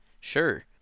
sure